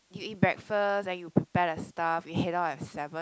you eat breakfast then you prepare the stuff you head out at seven